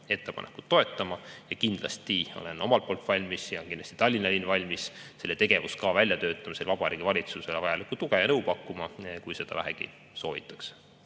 ettepanekut toetama. Kindlasti olen ise valmis ja on ka Tallinna linn valmis selle tegevuskava väljatöötamisel Vabariigi Valitsusele vajalikku tuge ja nõu pakkuma, kui seda vähegi soovitakse.